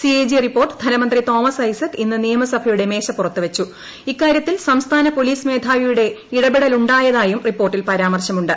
CAG report ധനമന്ത്രി ത്തോമസ് ഐസക് ഇന്ന് നിയമസഭയുടെ മേശപ്പുറത്ത് വെച്ചും ഇക്കാര്യത്തിൽ സംസ്ഥാന പൊലീസ് മേധാവിയുടെ ഇടപ്പെട്ലുണ്ടായതായും റിപ്പോർട്ടിൽ പരാമർശമുണ്ട്